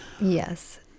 yes